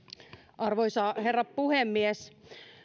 arvoisa herra puhemies